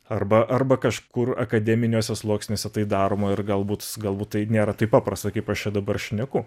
arba arba kažkur akademiniuose sluoksniuose tai daroma ir galbūt galbūt tai nėra taip paprasta kaip aš čia dabar šneku